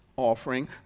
offering